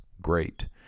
Great